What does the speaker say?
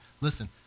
listen